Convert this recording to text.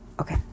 okay